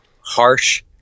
harsh